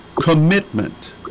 commitment